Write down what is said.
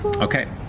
okay,